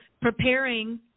preparing